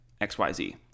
XYZ